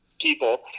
people